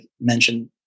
mentioned